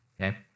okay